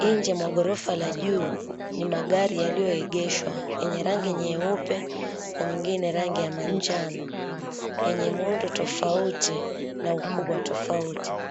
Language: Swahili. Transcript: Nje mwa ghorofa la juu ni magari yaliyoegeshwa yenye rangi nyeupe na nyingine rangi ya manjano, yenye muundo tofauti na ukubwa tofauti.